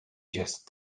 just